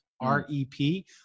r-e-p